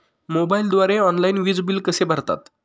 मोबाईलद्वारे ऑनलाईन वीज बिल कसे भरतात?